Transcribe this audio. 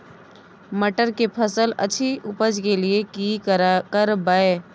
मटर के फसल अछि उपज के लिये की करबै?